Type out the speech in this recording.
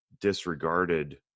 disregarded